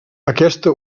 aquesta